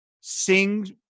sing